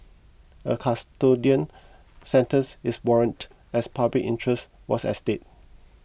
a custodial sentence is warranted as public interest was at stake